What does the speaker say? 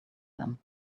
them